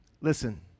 listen